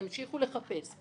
ימשיכו לחפש,